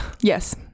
yes